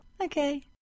Okay